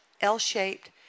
L-shaped